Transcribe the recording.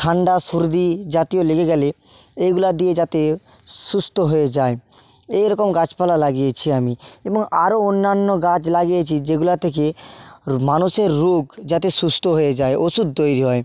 ঠাণ্ডা সর্দি জাতীয় লেগে গেলে এইগুলো দিয়ে যাতে সুস্থ হয়ে যায় এইরকম গাছপালা লাগিয়েছি আমি এবং আরও অন্যান্য গাছ লাগিয়েছি যেগুলো থেকে মানুষের রোগ যাতে সুস্থ হয়ে যায় ওষুধ তৈরি হয়